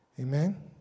Amen